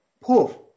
poof